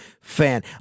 Fan